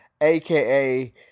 aka